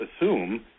assume